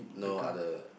no other